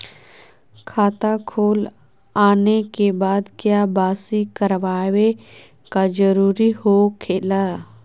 खाता खोल आने के बाद क्या बासी करावे का जरूरी हो खेला?